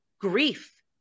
grief